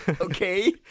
okay